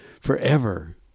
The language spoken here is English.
forever